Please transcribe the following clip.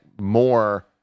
more